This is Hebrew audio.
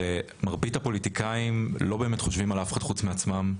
הרי מרבית הפוליטיקאים לא באמת חושבים על אף אחד חוץ מעצמם.